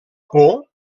por